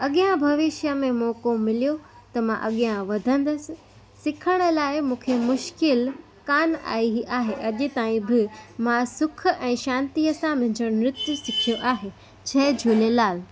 अॻियां भविष्य में मोको मिलियो त मां अॻियां वधंदसि सिखण लाइ मूंखे मुश्किल कान आहीं आहे अॼु ताईं बि मां सुखु ऐं शांतीअ सां मुंहिंजो नृत्य सिखियो आहे जय झूलेलाल